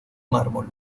mármol